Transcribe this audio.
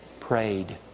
prayed